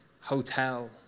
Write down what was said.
hotel